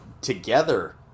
together